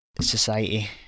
society